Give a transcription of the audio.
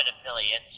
affiliates